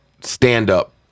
stand-up